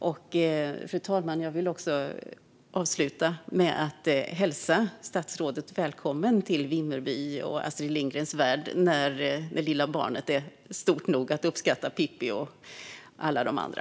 Och jag vill avsluta, fru talman, med att hälsa statsrådet välkommen till Vimmerby och Astrid Lindgrens Värld när det lilla barnet är stort nog att uppskatta Pippi och alla de andra.